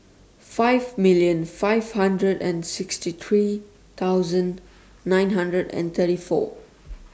five million five hunderd and sixty three thsoud nine hundred and thirty four